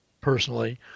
personally